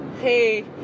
Hey